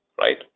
right